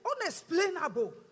unexplainable